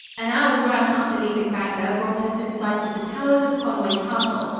an hour's run after leaving bangor brought us in sight of the towers of conway castle.